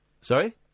Sorry